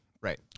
right